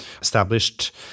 established